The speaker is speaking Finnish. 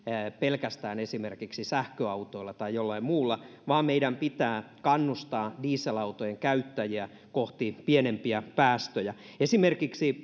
pelkästään esimerkiksi sähköautoilla tai jollain muulla vaan meidän pitää kannustaa dieselautojen käyttäjiä kohti pienempiä päästöjä esimerkiksi